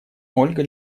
ольга